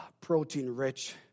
protein-rich